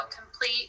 complete